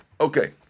Okay